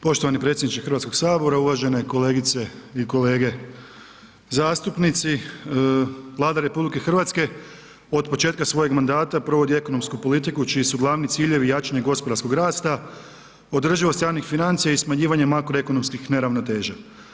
Poštovani predsjedniče Hrvatskog sabora, uvažene kolegice i kolege zastupnici, Vlada RH od početka svojega mandata provodi ekonomsku politiku čiji su glavni ciljevi jačanje gospodarskog rasta, održivost javnih financija i smanjivanje makroekonomskih neravnoteža.